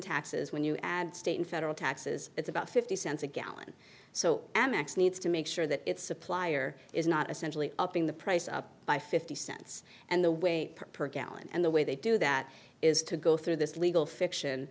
taxes when you add state and federal taxes it's about fifty cents a gallon so amex needs to make sure that it's supplier is not essentially upping the price up by fifty cents and the weight per gallon and the way they do that is to go through this legal fiction